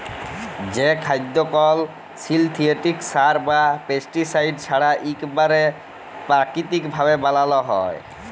যে খাদ্য কল সিলথেটিক সার বা পেস্টিসাইড ছাড়া ইকবারে পেরাকিতিক ভাবে বানালো হয়